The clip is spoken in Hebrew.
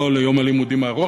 לא ליום הלימודים הארוך,